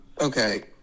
Okay